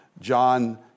John